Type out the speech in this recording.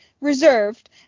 reserved